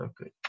Okay